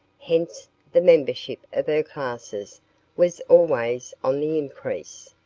hence the membership of her classes was always on the increase.